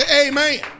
Amen